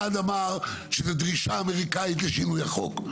אחד אמר שזו דרישה אמריקאית לשינוי החוק.